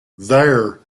there